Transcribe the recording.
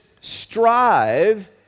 strive